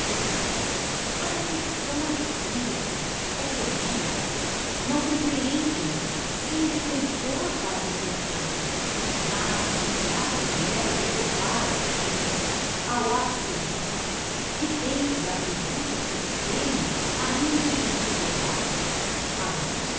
reflexão a reflexão é fria é terrena não comprehende sem decompôr para recompôr como se ha de ella elevar ao simples ao absoluto que tem por attributo supremo a indivisibilidade a luz